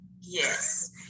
yes